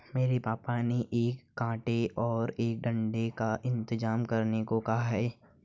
हमें पापा ने एक कांटे और एक डंडे का इंतजाम करने को कहा है